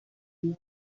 mundo